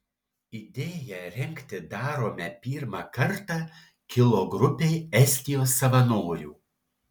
idėja rengti darome pirmą kartą kilo grupei estijos savanorių